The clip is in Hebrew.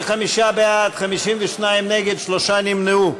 35 בעד, 52 נגד, שלושה נמנעו.